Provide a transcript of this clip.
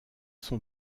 sont